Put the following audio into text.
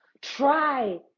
try